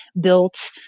built